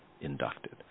inducted